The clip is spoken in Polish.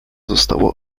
zostało